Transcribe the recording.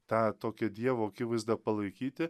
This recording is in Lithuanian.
tą tokią dievo akivaizdą palaikyti